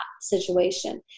situation